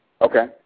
Okay